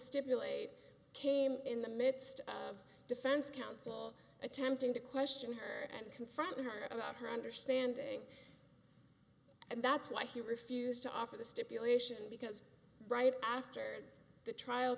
stipulate came in the midst of defense counsel attempting to question her and confront her about her understanding and that's why he refused to offer the stipulation because right after the trial